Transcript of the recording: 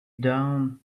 down